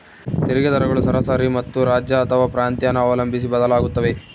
ತೆರಿಗೆ ದರಗಳು ಸರಾಸರಿ ಮತ್ತು ರಾಜ್ಯ ಅಥವಾ ಪ್ರಾಂತ್ಯನ ಅವಲಂಬಿಸಿ ಬದಲಾಗುತ್ತವೆ